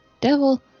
devil